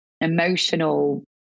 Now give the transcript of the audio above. emotional